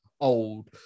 old